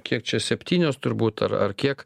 kiek čia septynios turbūt ar ar kiek